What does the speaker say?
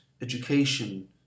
education